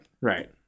Right